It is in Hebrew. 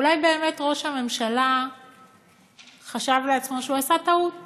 אולי ראש הממשלה חשב לעצמו שהוא עשה טעות